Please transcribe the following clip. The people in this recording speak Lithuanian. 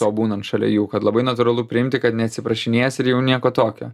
o būnant šalia jų kad labai natūralu priimti kad neatsiprašinės ir jau nieko tokio